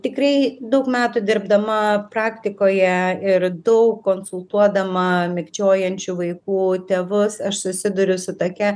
tikrai daug metų dirbdama praktikoje ir daug konsultuodama mikčiojančių vaikų tėvus aš susiduriu su tokia